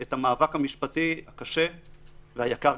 את המאבק המשפטי הקשה והיקר.